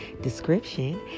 description